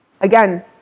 again